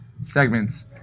segments